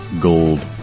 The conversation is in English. Gold